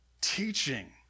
teaching